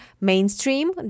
mainstream